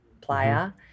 player